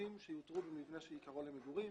השימושים שיותרו במבנה שעיקרו למגורים.